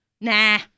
nah